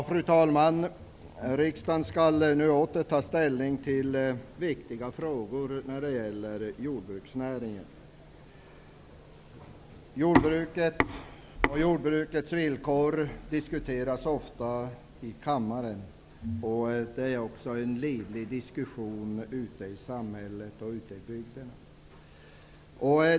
Fru talman! Riksdagen skall nu åter ta ställning till viktiga frågor när det gäller jordbruksnäringen. Jordbruket och jordbrukets villkor diskuteras ofta i kammaren. Det förs också en livlig diskussion ute i samhället och i bygderna.